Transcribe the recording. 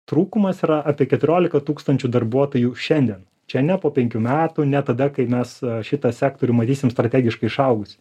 trūkumas yra apie keturiolika tūkstančių darbuotojų šiandien čia ne po penkių metų ne tada kai mes šitą sektorių matysim strategiškai išaugusį